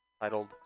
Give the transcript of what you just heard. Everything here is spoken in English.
titled